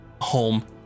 home